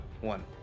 One